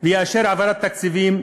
והוא יאשר העברת תקציבים,